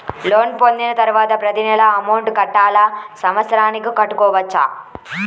Loan పొందిన తరువాత ప్రతి నెల అమౌంట్ కట్టాలా? సంవత్సరానికి కట్టుకోవచ్చా?